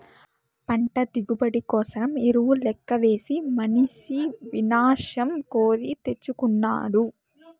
పంట దిగుబడి కోసరం ఎరువు లెక్కవేసి మనిసి వినాశం కోరి తెచ్చుకొనినాడు